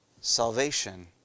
salvation